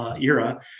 era